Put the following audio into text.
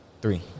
three